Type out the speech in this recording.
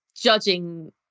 Judging